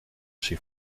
she